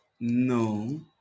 No